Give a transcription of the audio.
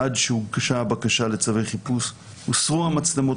עד שהוגשה הבקשה לצווי חיפוש הוסרו מצלמות